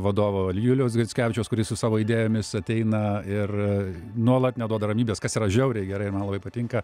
vadovo julijaus grickevičiaus kuris su savo idėjomis ateina ir nuolat neduoda ramybės kas yra žiauriai gerai ir man labai patinka